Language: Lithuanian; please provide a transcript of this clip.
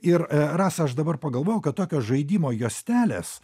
ir a rasa aš dabar pagalvojau kad tokio žaidimo juostelės